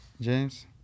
James